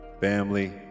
Family